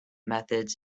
methods